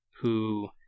who-